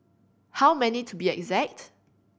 how many to be exact